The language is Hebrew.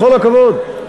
בכל הכבוד,